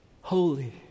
Holy